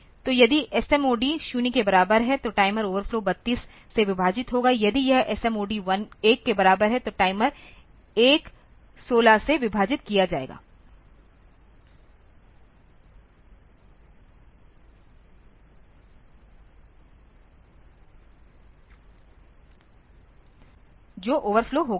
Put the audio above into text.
तो यदि SMOD 0 के बराबर है तो टाइमर ओवरफ्लो 32 से विभाजित होगा यदि यह SMOD 1 के बराबर है तो टाइमर 1 16 से विभाजित किया जाएगा जो ओवरफ्लो होगा